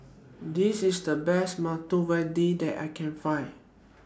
This IS The Best Medu Vada that I Can Find